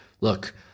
look